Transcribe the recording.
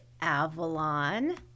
Avalon